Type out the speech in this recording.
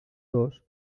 dos